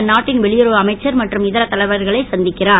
அந்நாட்டின் வெளியுறவு அமைச்சர் மற்றும் இதர தலைவர்களை சந்திக்கிறார்